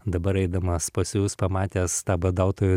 dabar eidamas pas jus pamatęs tą badautojų